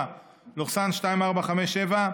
פ/2457/24,